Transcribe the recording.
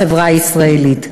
בחברה הישראלית.